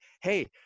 hey